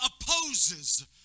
opposes